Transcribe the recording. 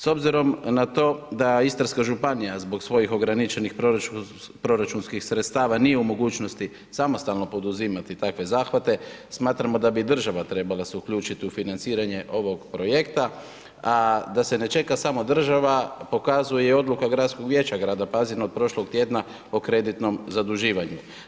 S obzirom na to da Istarska županija zbog svojih ograničenih proračunskih sredstava nije u mogućnosti samostalno poduzimati takve zahvate, smatramo da bi država trebala se uključiti u financiranje ovog projekta, a da se ne čeka samo država, pokazuje Odluka Gradskog vijeća grada Pazina od prošlog tjedna o kreditnom zaduživanju.